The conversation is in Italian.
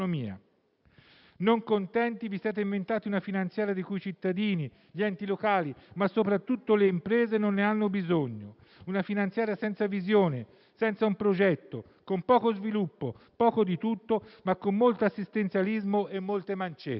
Non contenti, vi siete inventati un disegno di legge di bilancio di cui i cittadini, gli enti locali, ma soprattutto le imprese non hanno bisogno; un provvedimento senza visione, senza un progetto, con poco sviluppo, poco di tutto, ma con molto assistenzialismo e molte mancette.